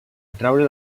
atreure